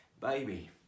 baby